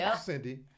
Cindy